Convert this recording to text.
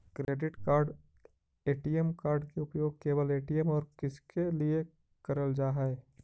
Credit card ATM card के उपयोग केवल ए.टी.एम और किसके के लिए करल जा है?